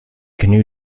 canoe